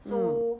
so